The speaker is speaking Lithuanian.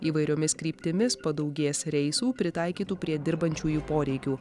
įvairiomis kryptimis padaugės reisų pritaikytų prie dirbančiųjų poreikių